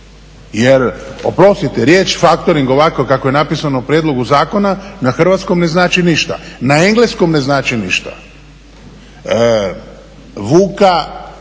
Jer oprostite, riječ faktoring ovako kako je napisano u prijedlogu zakona na hrvatskom ne znači ništa, na engleskom ne znači ništa. Vuka